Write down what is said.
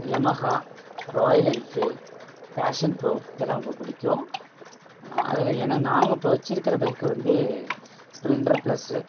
Yamaha Royal Enfield Passion Pro இதெல்லாம் ரொம்ப பிடிக்கும் அதில் என நாங்கள் இப்போ வச்சுருக்கற பைக்கு வந்து ஸ்ப்ளெண்ட்ரு ப்ளஸ்ஸு